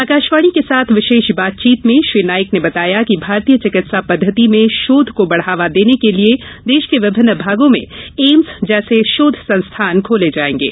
आकाशवाणी के साथ विशेष बातचीत में श्री नाइक ने बताया कि भारतीय चिकित्सा पद्धति में शोध को बढावा देने के लिए देश के विभिन्न भागों में एम्स जैसे शोध संस्थान खोले जाएंगे